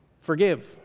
forgive